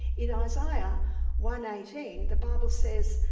in isaiah one eighteen the bible says,